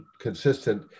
consistent